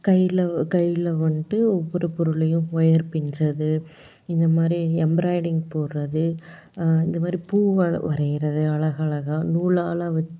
கையில் கையில் வந்துட்டு ஒவ்வொரு பொருளையும் ஒயர் பின்னுறது இந்த மாதிரி எம்பிராய்ட்ரிங் போடுறது இந்த மாதிரி பூ வரைகிறது அழகழகா நூலால்